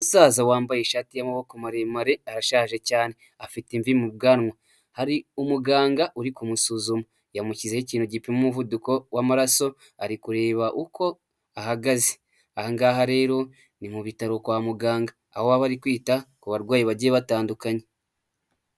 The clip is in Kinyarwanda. Umusaza wambaye ishati y'amaboko maremare arashaje cyane afite imvi mu bwanwa, hari umuganga uri kumusuzuma yamushyizeho ikintu gipima umuvuduko w'amaraso ari kureba uko ahagaze. Aha ngaha rero ni mu bitaro kwa muganga, aho baba bari kwita ku barwayi bagiye batandukanye.